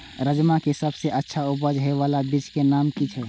राजमा के सबसे अच्छा उपज हे वाला बीज के नाम की छे?